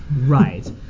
Right